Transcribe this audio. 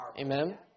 Amen